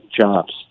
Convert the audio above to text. jobs